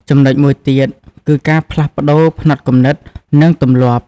ចំណុចមួយទៀតគឺ ការផ្លាស់ប្តូរផ្នត់គំនិត និងទម្លាប់។